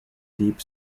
deep